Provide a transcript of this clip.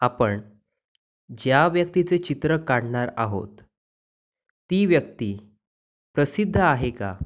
आपण ज्या व्यक्तिचं चित्र काढणार आहोत ती व्यक्ती प्रसिद्ध आहे का